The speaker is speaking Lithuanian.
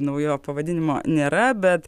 naujo pavadinimo nėra bet